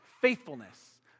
faithfulness